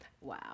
Wow